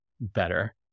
better